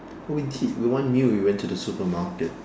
but we did for one meal we went to the supermarket